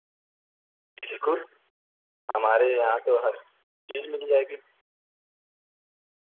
شکر ہمارے یہاں تو ہر چیز مل جائے گی